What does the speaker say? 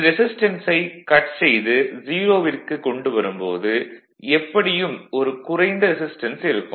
இந்த ரெசிஸ்டன்ஸை கட் செய்து 0 விற்கு கொண்டு வரும் போது எப்படியும் ஒரு குறைந்த ரெசிஸ்டன்ஸ் இருக்கும்